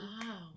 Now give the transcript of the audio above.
Wow